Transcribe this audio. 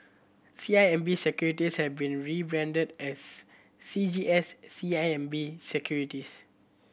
C I M B Securities has been rebranded as C G S C I M B Securities